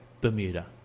Bermuda